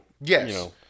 Yes